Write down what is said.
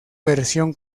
versión